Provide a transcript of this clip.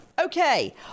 Okay